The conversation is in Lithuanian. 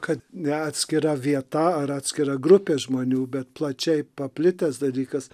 kad ne atskira vieta ar atskira grupė žmonių bet plačiai paplitęs dalykas